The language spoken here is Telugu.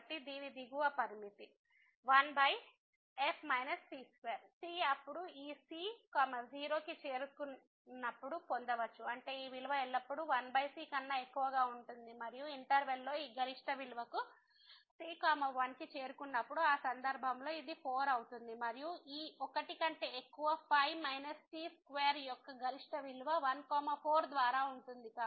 కాబట్టి దీని దిగువ పరిమితి 15 c2 c అప్పుడు ఈ c 0 కి చేరుకున్నప్పుడు పొందవచ్చు అంటే ఈ విలువ ఎల్లప్పుడూ 15 కన్నా ఎక్కువగా ఉంటుంది మరియు ఇంటర్వెల్ లో ఈ గరిష్ట విలువకు c 1 కి చేరుకున్నప్పుడు ఆ సందర్భంలో ఇది 4 అవుతుంది మరియు ఈ 1 కంటే ఎక్కువ 5 మైనస్ c స్క్వేర్ యొక్క గరిష్ట విలువ 1 4 ద్వారా ఉంటుంది